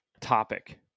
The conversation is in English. topic